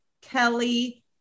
kelly